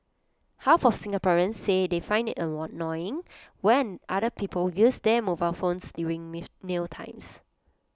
half of Singaporeans say they find IT annoying when other people use their mobile phones during mealtimes